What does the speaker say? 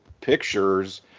pictures